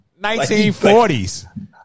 1940s